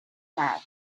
that